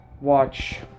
watch